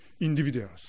individuals